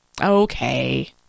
Okay